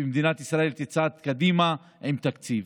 ומדינת ישראל תצעד קדימה עם תקציב.